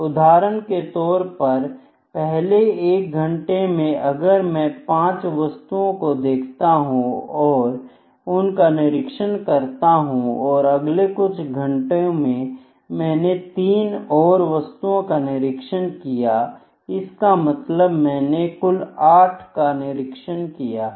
उदाहरण के तौर पर पहले 1 घंटे में अगर मैं पांच वस्तुओं को देखता हूं और उनका निरीक्षण करता हूं और अगले कुछ घंटों में मैंने 3 और वस्तुओं का निरीक्षण किया इसका मतलब मैंने कुल 8 का निरीक्षण किया है